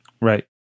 Right